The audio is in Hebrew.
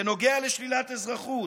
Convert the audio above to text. בנוגע לשלילת אזרחות,